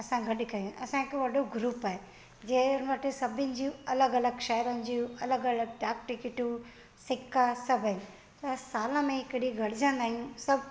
असां गॾु कयूं असांजो हिकु वॾो ग्रुप आहे जंहिं वटि सभिनि जूं अलॻि अलॻि शहरनि जूं अलॻि अलॻि डाक टिकेटियूं सिका सभु आहिनि असां साल में हिकु ॾींहुं गॾुजंदा आहियूं सभु